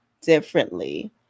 differently